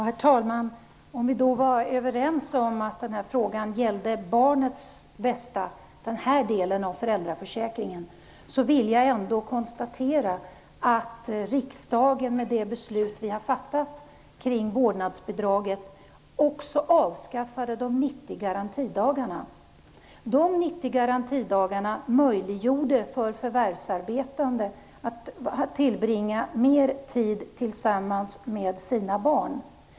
Herr talman! Vi är överens om att den här delen av föräldraförsäkringen gäller barnets bästa. Jag vill ändå konstatera att riksdagen med det beslut som vi har fattat kring vårdnadsbidraget också avskaffade de 90 garantidagarna. De möjliggjorde för förvärvsarbetande att tillbringa mer tid tillsammans med sina barn.